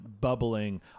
bubbling